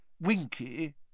Winky